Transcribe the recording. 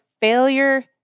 failure